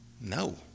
No